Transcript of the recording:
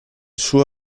suo